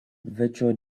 virtual